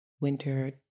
winter